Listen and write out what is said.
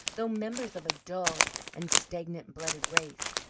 though members of a dull and stagnant-blooded race,